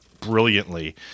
brilliantly